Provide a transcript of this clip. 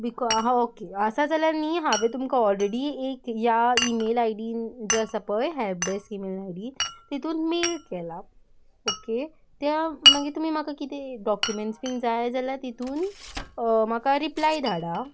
बिकॉ हां ओके आसा जाल्यार न्ही हांवें तुमकां ऑलरेडी एक ह्या ईमेल आयडीन जें आसा पय हॅल्प डॅस्क ईमेल आयडीन तितून मेल केला ओके त्या मागीर तुमी म्हाका कितें डॉक्युमेंट्स बीन जाय जाल्यार तितून म्हाका रिप्लाय धाडा